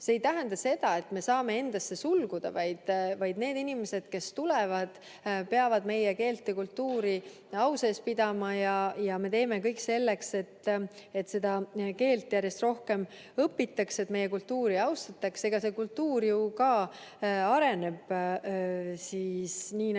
See ei tähenda seda, et me saame endasse sulguda. Need inimesed, kes tulevad, peavad meie keelt ja kultuuri au sees pidama. Ja me teeme kõik selleks, et seda keelt järjest rohkem õpitakse ja meie kultuuri austatakse. Kultuur areneb ju ka, nii nagu